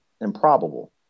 improbable